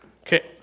Okay